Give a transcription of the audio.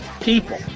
people